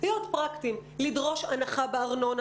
להיות פרקטיים ולדרוש הנחה בארנונה,